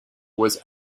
was